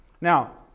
Now